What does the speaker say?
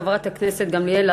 חברת הכנסת גמליאל,